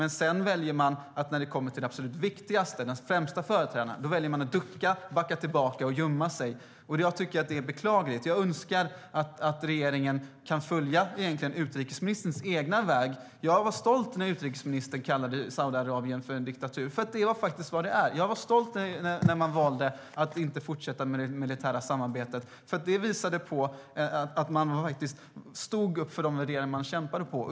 När det kommer till det absolut viktigaste, den främsta företrädaren, väljer man att ducka, backa tillbaka och gömma sig. Jag tycker att det är beklagligt. Jag önskar att regeringen kan följa det som egentligen är utrikesministerns egen väg. Jag var stolt när utrikesministern kallade Saudiarabien en diktatur, för det är faktiskt vad det är. Jag var stolt när man valde att inte fortsätta det militära samarbetet, för det visade att man stod upp för de värderingar man kämpar för.